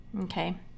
okay